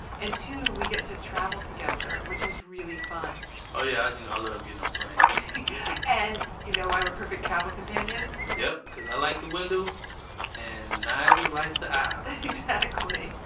and two, we get to travel together, which is really fun oh yeah. you know i love getting on planes and, you know i we're perfect travel companions? yup. cause i like the window and nigel likes the aisle exactly.